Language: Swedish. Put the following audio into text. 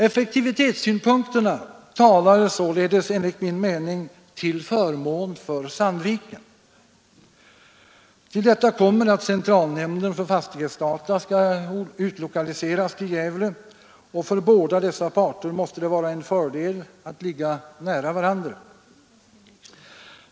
Effektivitetssynpunkterna talar enligt min mening till förmån för Sandviken. Till detta kommer att centralnämnden för fastighetsdata skall utlokaliseras till Gävle, och för båda dessa parter måste det vara en fördel att ligga nära varandra.